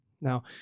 Now